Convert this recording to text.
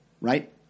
Right